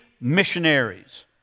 missionaries